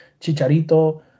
Chicharito